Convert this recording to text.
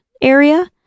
area